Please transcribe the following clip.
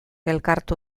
elkartu